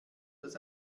das